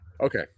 Okay